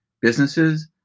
businesses